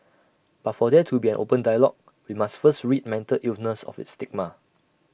but for there to be an open dialogue we must first rid mental illness of its stigma